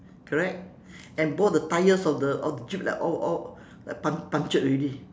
correct and both the tires of the of the jeep like all all like pun~ punctured already